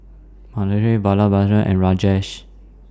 Mahade Vallabhbhai and Rajesh